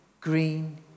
green